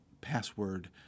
password